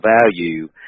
value